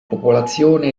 popolazione